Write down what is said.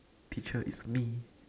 teacher is me